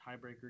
tiebreaker